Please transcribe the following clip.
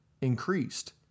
increased